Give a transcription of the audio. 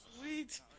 Sweet